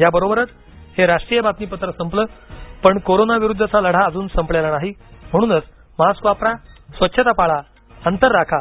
याबरोबरच हे राष्ट्रीय बातमीपत्र संपलं पण कोरोना विरुद्धचा लढा अजन संपलेला नाही म्हणनच मास्क वापरा स्वच्छता पाळा अंतर राखा